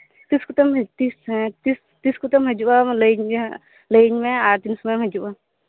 ᱛᱤᱥᱠᱚᱛᱮᱢ ᱛᱤᱥᱠᱚᱛᱮᱢ ᱛᱤᱥᱠᱚᱛᱮᱢ ᱛᱤᱥ ᱦᱤᱡᱩᱜᱼᱟ ᱚᱱᱟ ᱞᱟᱹᱭᱟᱹᱧ ᱜᱮᱭᱟ ᱦᱟᱜ ᱞᱟᱹᱭᱟᱹᱧ ᱢᱮ ᱟᱨ ᱛᱤᱱᱥᱳᱢᱳᱭᱮᱢ ᱦᱤᱡᱩᱜᱼᱟ